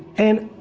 and,